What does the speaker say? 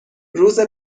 روز